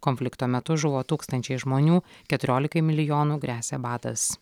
konflikto metu žuvo tūkstančiai žmonių keturiolikai milijonų gresia badas